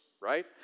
right